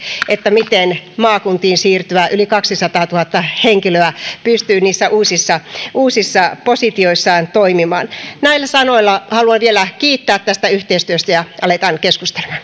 miten maakuntiin siirtyvät yli kaksisataatuhatta henkilöä pystyvät niissä uusissa uusissa positioissaan toimimaan näillä sanoilla haluan vielä kiittää tästä yhteistyöstä aletaan keskustelemaan